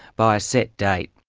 by a set date.